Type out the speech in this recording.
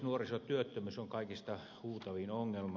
nuorisotyöttömyys on kaikista huutavin ongelma